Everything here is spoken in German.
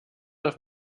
auf